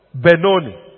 Benoni